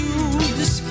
use